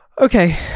Okay